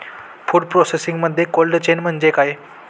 Food प्रोसेसिंगमध्ये cold chain म्हणजे काय?